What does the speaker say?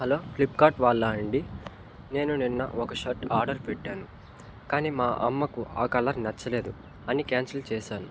hello Flipkart వాళ్ళా అండి నేను నిన్న ఒక షర్ట్ ఆర్డర్ పెట్టాను కానీ మా అమ్మకు ఆ కలర్ నచ్చలేదు అని క్యాన్సిల్ చేశాను